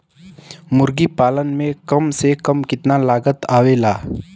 मुर्गी पालन में कम से कम कितना लागत आवेला?